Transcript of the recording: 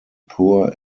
poor